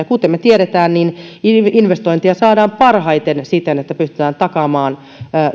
kuten me tiedämme investointeja saadaan parhaiten siten että pystytään takaamaan